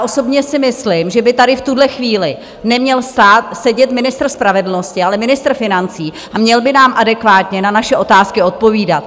Osobně si myslím, že by tady v tuhle chvíli neměl stát sedět ministr spravedlnosti, ale ministr financí a měl by nám adekvátně na naše otázky odpovídat.